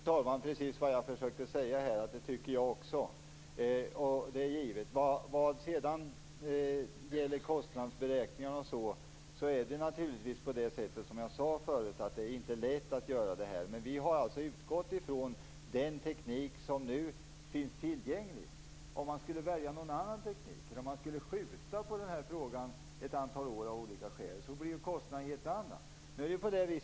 Fru talman! Jag försökte just säga att jag också tycker det. Som jag sade förut är det naturligtvis inte lätt att göra kostnadsberäkningar. Men vi har utgått från den teknik som nu finns tillgänglig. Om man skulle välja någon annan teknik, eller om man skulle skjuta på den här frågan ett antal år av olika skäl, blir det en helt annan kostnad.